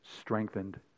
strengthened